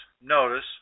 notice